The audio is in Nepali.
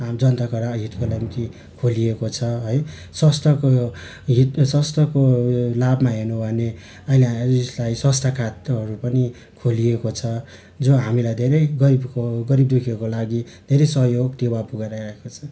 अब जनताको हितको निम्ति खोलिएको छ है संस्थाको हित संस्थाको यो नाममा हेर्नु हो भने अहिले संस्थाका पनि खोलिएको छ जो हामीलाई धेरै गरिबीको गरिबदुःखीहरूको धेरै लागि सहयोग टेवाहरू पुऱ्याइरहेको छ